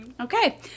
Okay